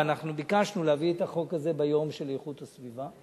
ואנחנו ביקשנו להביא את החוק הזה ביום של איכות הסביבה.